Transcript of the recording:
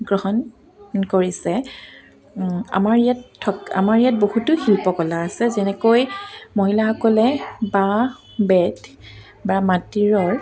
গ্ৰহণ কৰিছে আমাৰ ইয়াত থক আমাৰ ইয়াত বহুতো শিল্পকলা আছে যেনেকৈ মহিলাসকলে বাঁহ বেত বা মাটিৰৰ